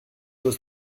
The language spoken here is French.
taux